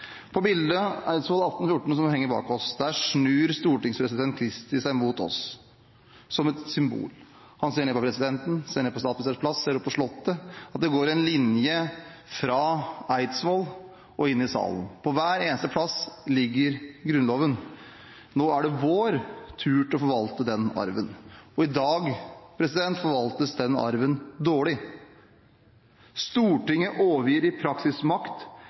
På bildet «Eidsvold 1814», som henger bak oss, snur stortingspresident Christie seg mot oss, som et symbol. Han ser ned på presidenten, ser ned på statsministerens plass og ser opp på slottet. Det går en linje fra Eidsvoll og inn i salen. På hver eneste plass ligger Grunnloven. Nå er det vår tur til å forvalte den arven, og i dag forvaltes den arven dårlig. Stortinget overgir i